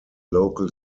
local